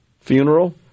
funeral